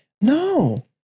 No